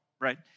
right